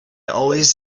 always